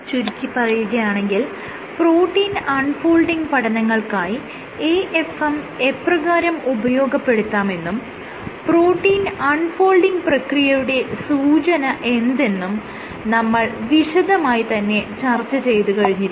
ചുരുക്കിപ്പറയുകയാണെങ്കിൽ protein unfolding പഠനങ്ങൾക്കായി AFM എപ്രകാരം ഉപയോഗപ്പെടുത്താമെന്നും പ്രോട്ടീൻ അൺ ഫോൾഡിങ് പ്രക്രിയയുടെ സൂചന എന്തെന്നും നമ്മൾ വിശദമായി തന്നെ ചർച്ച ചെയ്തു കഴിഞ്ഞിരിക്കുന്നു